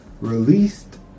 released